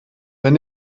wenn